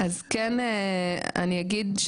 אז כן אני אגיד,